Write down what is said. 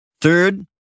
Third